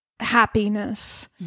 happiness